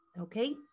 Okay